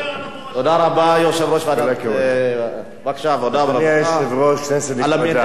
תודה רבה ליושב-ראש ועדת העבודה והרווחה על המידע.